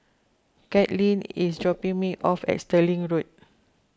Kaitlin is dropping me off at Stirling Road